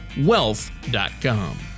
wealth.com